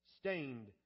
stained